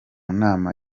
nama